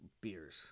beers